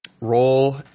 Roll